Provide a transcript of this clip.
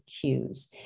cues